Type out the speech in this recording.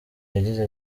yagize